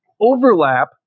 Overlap